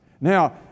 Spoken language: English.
Now